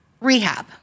rehab